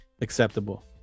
acceptable